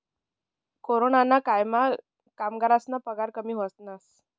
कोरोनाना कायमा कामगरस्ना पगार कमी व्हयना